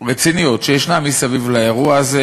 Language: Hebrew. הרציניות שיש מסביב לאירוע הזה,